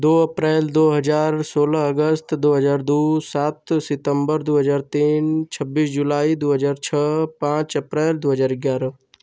दो अप्रैल दो हज़ार सोलह अगस्त दो हज़ार दो सात सितम्बर दो हज़ार तीन छब्बीस जुलाई छह हज़ार छह पाँच अप्रैल दो हज़ार ग्यारह